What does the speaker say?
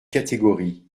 catégories